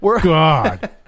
God